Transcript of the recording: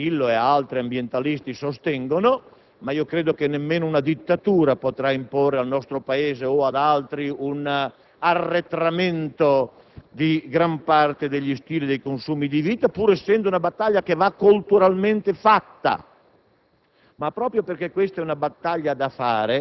(anche se il termine corrente è diverso), che Grillo ed altri ambientalisti sostengono, ma credo che nemmeno una dittatura potrà imporre al nostro Paese o ad altri un arretramento di gran parte degli stili e dei consumi di vita, pur essendo una battaglia che va culturalmente fatta.